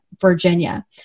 Virginia